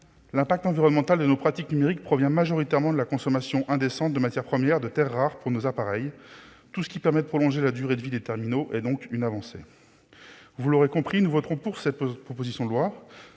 L'impact environnemental des pratiques numériques provient majoritairement de la consommation indécente des matières premières, en particulier des terres rares, nécessaires pour fabriquer nos appareils. Tout ce qui permet de prolonger la durée de vie des terminaux est donc une avancée. Vous l'aurez compris, nous voterons pour cette proposition de loi,